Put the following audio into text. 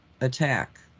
attack